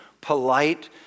polite